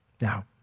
Now